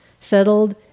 settled